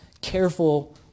careful